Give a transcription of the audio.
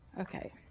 Okay